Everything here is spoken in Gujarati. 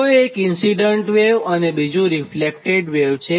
તો એક ઇન્સીડન્ટ વેવ અને બીજું રીફ્લેક્ટેડ વેવ છે